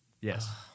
Yes